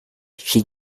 she